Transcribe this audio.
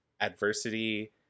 adversity